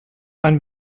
ein